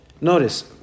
Notice